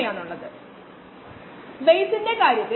ഏകദേശം മില്ലിമോളാർ ക്രമത്തിൽ